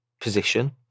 position